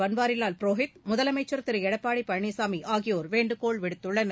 பன்வாரிவால் புரோஹித் முதலமைச்சர் திரு எடப்பாடி பழனிசாமி ஆகியோர் வேண்டுகோள் விடுத்துள்ளனர்